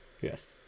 Yes